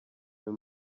uyu